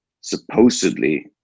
supposedly